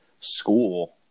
school